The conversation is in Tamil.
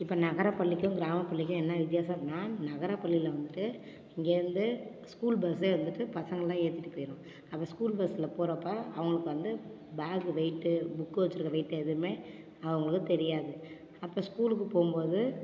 இப்போ நகரப் பள்ளிக்கும் கிராமப் பள்ளிக்கும் என்ன வித்தியாசம் அப்படினா நகரப் பள்ளியில் வந்துட்டு இங்கேருந்து ஸ்கூல் பஸ்ஸே வந்துட்டு பசங்களெலாம் ஏற்றிட்டு போயிரும் அப்போ ஸ்கூல் பஸ்ஸில் போகிறப்ப அவங்களுக்கு வந்து பேக்கு வெயிட்டு புக்கு வச்சுருக்குற வெயிட்டு எதுவுமே அவங்களுக்கு தெரியாது அப்போ ஸ்கூலுக்கு போகும் போது